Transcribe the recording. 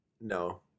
No